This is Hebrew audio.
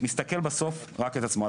שמסתכל בסוף רק על עצמו.